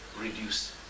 reduce